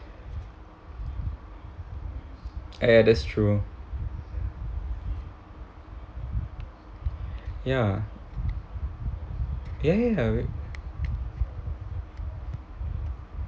ah ya that's true ya ya